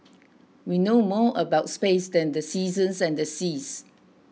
we know more about space than the seasons and the seas